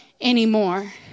anymore